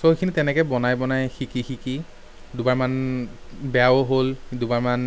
চ' সেইখিনি তেনেকে বনাই বনাই শিকি শিকি দুবাৰমান বেয়াও হ'ল দুবাৰমান